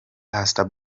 pastor